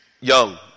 young